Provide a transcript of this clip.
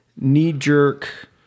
knee-jerk